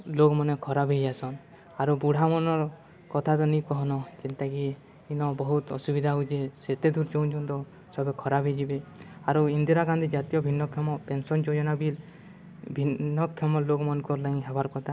ଲୋକମାନେ ଖରାପ ହେଇଯାସନ୍ ଆରୁ ବୁଢ଼ ମନର କଥା ତ ନିି କହନ ଯେନ୍ତାକି ଦିନ ବହୁତ ଅସୁବିଧା ହଉଛେ ସେତେ ଦୂର ସବେ ଖରାପ ହେଇଯିବେ ଆରୁ ଇନ୍ଦିରା ଗାନ୍ଧୀ ଜାତୀୟ ଭିନ୍ନକ୍ଷମ ପେନ୍ସନ୍ ଯୋଜନା ବି ଭିନ୍ନକ୍ଷମ ଲୋକମାନଙ୍କର ଲାଗି ହବାର କଥା